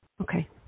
Okay